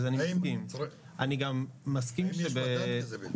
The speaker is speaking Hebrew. אם אפשר לחשוב על איזה מודל